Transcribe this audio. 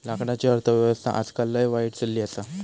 लाकडाची अर्थ व्यवस्था आजकाल लय वाईट चलली आसा